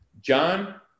John